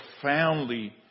profoundly